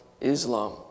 Islam